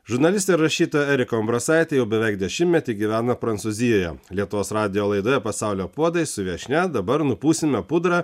žurnalistė rašytoja erika umbrasaitė jau beveik dešimtmetį gyvena prancūzijoje lietuvos radijo laidoje pasaulio puodai su viešnia dabar nupūsime pudrą